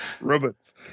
Robots